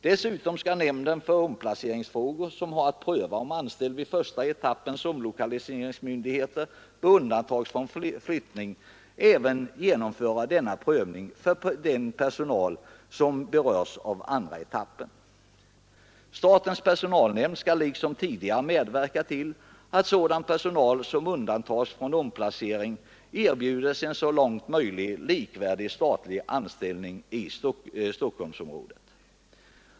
Dessutom skall nämnden för omplaceringsfrågor, som har att pröva om anställd vid första etappens omlokaliseringsmyndigheter bör undantas från flyttning, även genomföra denna prövning för den personal som berörs av andra etappen. Statens personalnämnd skall liksom tidigare medverka till att sådan personal som undantas från omplacering erbjuds en så långt möjligt likvärdig statlig anställning i Stockholmsområdet.